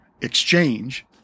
exchange